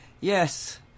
yes